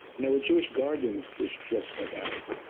and there were jewish guard units which dressed like arabs.